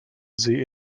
see